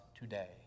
today